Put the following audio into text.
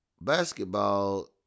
Basketball